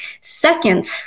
Second